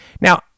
Now